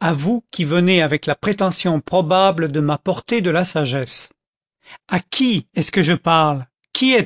à vous qui venez avec la prétention probable de m'apporter de la sagesse à qui est-ce que je parle qui